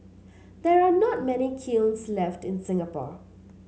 there are not many kilns left in Singapore